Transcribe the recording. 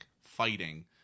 fighting